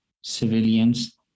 civilians